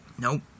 Nope